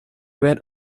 went